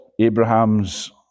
Abraham's